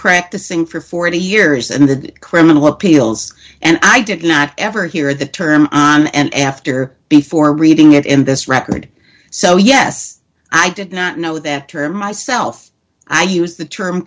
practicing for forty years and the criminal appeals and i did not ever hear the term on and after before reading it in this record so yes i did not know that term myself i use the term